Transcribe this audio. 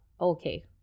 okay